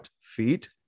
feet